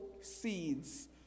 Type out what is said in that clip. seeds